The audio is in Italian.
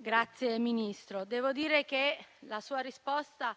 Signor Ministro, devo dire che la sua risposta